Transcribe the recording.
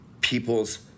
people's